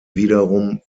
wiederum